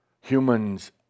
Humans